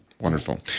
Wonderful